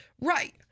Right